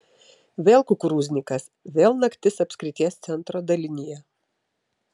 vėl kukurūznikas vėl naktis apskrities centro dalinyje